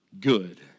good